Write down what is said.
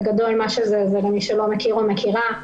בגדול מה שזה למי שלא מכיר או מכירה,